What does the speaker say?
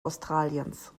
australiens